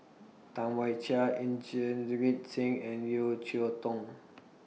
Tam Wai Jia Inderjit Singh and Yeo Cheow Tong